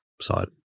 side